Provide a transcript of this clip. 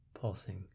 pulsing